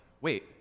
Wait